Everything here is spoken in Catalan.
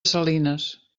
salinas